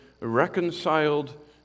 reconciled